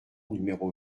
numéro